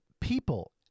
People